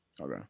Okay